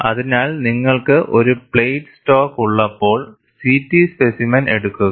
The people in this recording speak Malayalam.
അതിനാൽ നിങ്ങൾക്ക് ഒരു പ്ലേറ്റ് സ്റ്റോക്ക് ഉള്ളപ്പോൾ CT സ്പെസിമെൻ എടുക്കുക